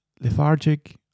lethargic